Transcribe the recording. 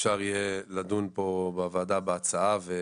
אפשר יהיה לדון פה בוועדה בהצעה או